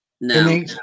No